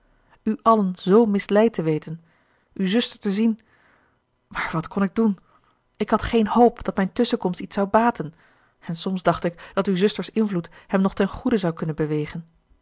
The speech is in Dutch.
u allen zoo misleid te weten uw zuster te zien maar wat kon ik doen ik had geen hoop dat mijn tusschenkomst iets zou baten en soms dacht ik dat uw zuster's invloed hem nog ten goede zou kunnen bewegen